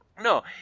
No